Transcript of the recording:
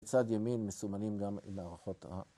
‫מצד ימין מסומנים גם לערכות ה...